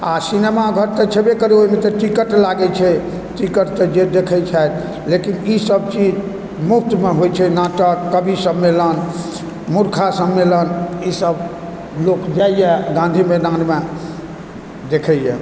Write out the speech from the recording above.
आओर सिनेमा घर तऽ छेबे करै ओहिमे तऽ टिकट लागै छै टिकट तऽ जे देखै छथि लेकिन ई सब चीज मुफ्तमे होइ छै नाटक कवि सम्मेलन मुर्ख सम्मेलन ई सब लोक जाइए गाँधी मैदानमे देखैए